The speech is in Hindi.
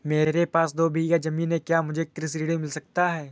मेरे पास दो बीघा ज़मीन है क्या मुझे कृषि ऋण मिल सकता है?